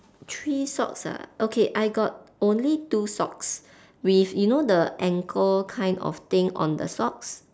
three socks ah okay I got only two socks with you know the ankle kind of thing on the socks